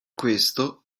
questo